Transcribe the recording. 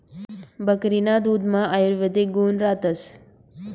बकरीना दुधमा आयुर्वेदिक गुण रातस